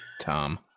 tom